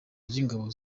ry’ingabo